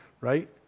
right